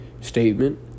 statement